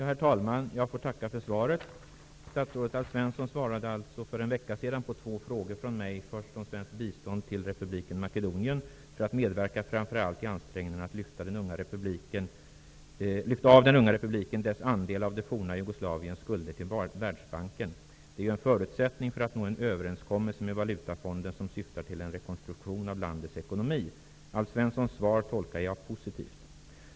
Herr talman! Jag får tacka för svaret. Statsrådet Alf Svensson svarade alltså för en vecka sedan på två frågor från mig, först om svenskt bistånd till republiken Makedonien för att medverka framför allt i ansträngningarna att lyfta av den unga republiken dess andel av det forna Jugoslaviens skulder till Världsbanken. Det är en förutsättning för att nå en överenskommelse med Valutafonden som syftar till en rekonstruktion av landets ekonomi. Alf Svenssons svar tolkar jag positivt.